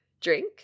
drink